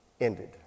ended